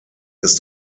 ist